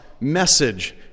message